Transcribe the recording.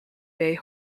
bay